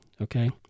Okay